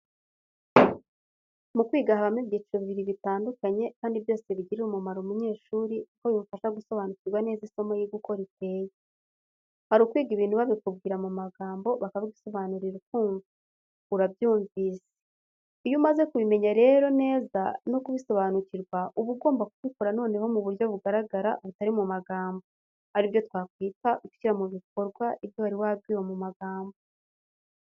Mu kwiga habamo ibyiciro bibiri bitandukanye kandi byose bigirira umumaro umunyeshuri kuko bimufasha gusobanukirwa neza isomo yiga uko riteye. Hari ukwiga ibintu babikubwira mu magambo bakabigusabanurira ukumva urabyumvise, iyo umaze kubimenya rero neza no kubisobanukirwa uba ugomba kubikora noneho mu buryo bugaragara butari mu magambo ari byo twakwita gushyira mu bikorwa ibyo wari wabwiwe mu magambo.